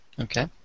Okay